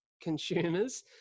consumers